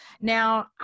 Now